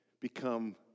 become